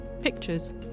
pictures